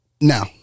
now